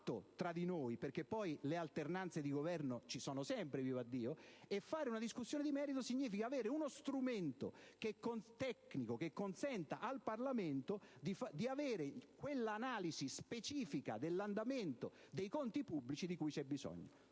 tra di noi (perché poi - vivaddio - le alternanze di governo ci sono sempre). Fare una discussione di merito significa disporre di uno strumento tecnico che consenta al Parlamento quell'analisi specifica sull'andamento dei conti pubblici di cui c'è bisogno.